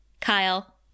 Kyle